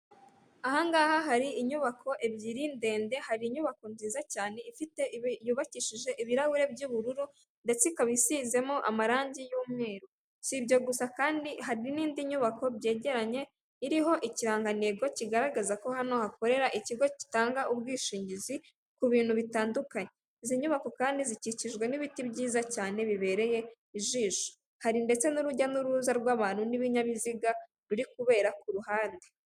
Ahangaha hari inyubako ebyiri ndende hari inyubako nziza cyane yubakishije ibirahureri by'ubururu ndetse ikaba isizemo amarangi y'umweru sibyo gusa kandi hari n'indi nyubako byegeranye iriho ikirangantego kigaragaza ko hano hakorera ikigo gitanga ubwishingizi ku bintu bitandukanye ,izi nyubako kandi zikikijwe n'ibiti byiza cyane bibereye ijisho hari ndetse n'urujya n'uruza rw'abantu n'ibinyabiziga ruri kubera ku ruhande .